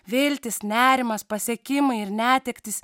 vilty s nerimas pasiekimai ir netektys